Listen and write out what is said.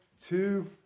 two